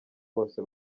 bose